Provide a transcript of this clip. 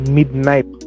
midnight